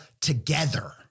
together